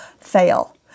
fail